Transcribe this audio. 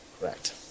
Correct